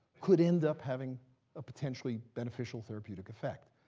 could end up having a potentially beneficial therapeutic effect.